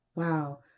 Wow